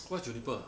what juniper